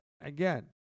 again